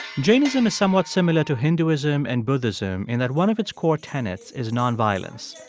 jainism is somewhat similar to hinduism and buddhism in that one of its core tenets is nonviolence.